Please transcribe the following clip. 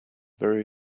very